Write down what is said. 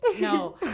No